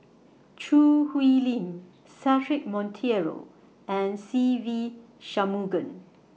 Choo Hwee Lim Cedric Monteiro and Se Ve Shanmugam